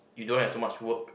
you don't have so much work